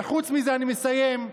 וחוץ מזה, אני מסיים,